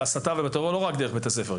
בהסתה ובטרור לא רק דרך בית הספר,